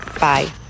Bye